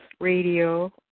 Radio